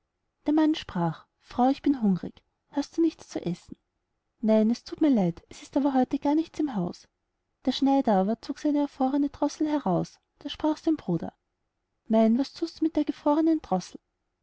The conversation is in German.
der mann sprach frau ich bin hungrig hast du nichts zu essen nein es thut mir leid es ist aber heute gar nichts im haus der schneider aber zog seine erfrorene droßel heraus da sprach sein bruder mein was thutst du mit der gefrorenen droßel